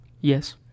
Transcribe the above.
Yes